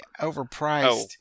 overpriced